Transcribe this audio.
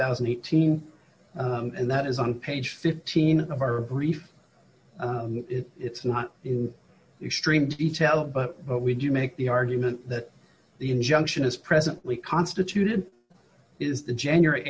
thousand and eighteen and that is on page fifteen of our brief it's not in extreme detail but what we do make the argument that the injunction is presently constituted is the january